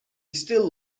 still